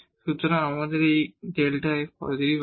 সুতরাং আমাদের এই Δ f পজিটিভ আছে